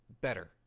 better